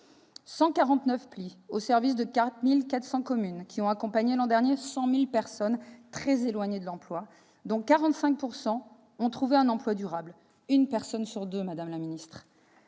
l'emploi, au service de 4 400 communes, ont accompagné, l'an dernier, 100 000 personnes très éloignées de l'emploi dont 45 % ont trouvé un emploi durable- soit près d'une personne sur deux, madame la ministre